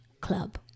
club